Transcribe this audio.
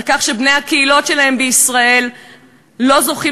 על כך שבני הקהילות שלהם בישראל לא זוכים